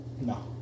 No